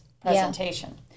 presentation